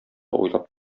уйлап